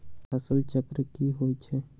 फसल चक्र की होई छै?